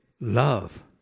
love